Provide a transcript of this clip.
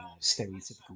stereotypical